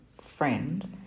friend